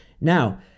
Now